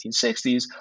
1960s